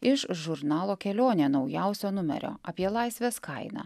iš žurnalo kelionė naujausio numerio apie laisvės kainą